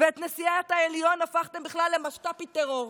את נשיאת העליון הפכתם בכלל למשת"פית טרור.